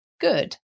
good